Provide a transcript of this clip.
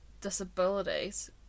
disabilities